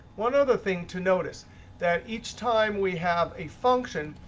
one other thing to notice that each time we have a function,